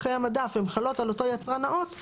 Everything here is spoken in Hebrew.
חיי המדף והן חלות על אותו יצרן נאות,